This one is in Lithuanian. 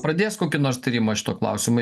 pradės kokį nors tyrimą šituo klausimu